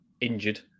injured